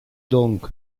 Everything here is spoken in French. donc